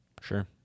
Sure